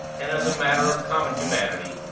and, as a matter of common humanity,